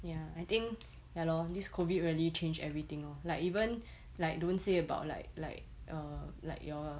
ya I think ya lor this COVID really change everything lor like even like don't say about like like err like your